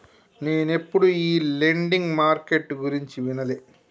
నేనెప్పుడు ఈ lending market గురించి వినలే